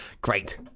great